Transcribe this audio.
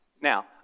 Now